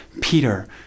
Peter